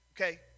Okay